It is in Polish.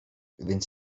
więc